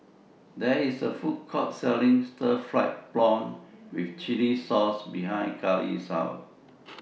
There IS A Food Court Selling Stir Fried Prawn with Chili Sauce behind Karlee's House